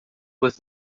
with